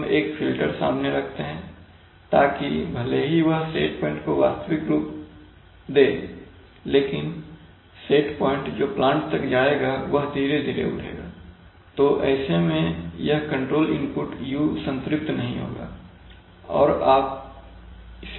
हम एक फ़िल्टर सामने रखते हैं ताकि भले ही वह सेट पॉइंट को वास्तविक रूप से दे लेकिन सेट पॉइंट जो प्लांट तक जाएगा वह धीरे धीरे उठेगा तो ऐसे में यह कंट्रोल इनपुट u संतृप्त नहीं होगा और आप इसे अभी भी कंट्रोल कर सकते हैं